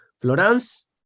Florence